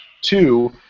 Two